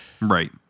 right